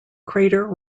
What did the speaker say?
crater